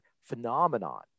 phenomenon